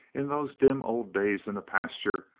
in those dim old days in the pasture,